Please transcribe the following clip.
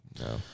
No